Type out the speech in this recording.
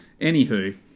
Anywho